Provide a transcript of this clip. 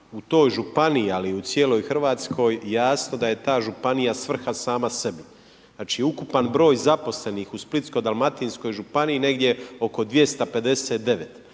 u toj županiji, ali u cijeloj Hrvatskoj jasno da je ta županija svrha sama sebi. Znači ukupan broj zaposlenih u Splitsko-dalmatinskoj županiji je negdje oko 259.